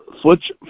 switch